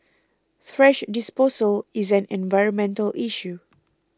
thrash disposal is an environmental issue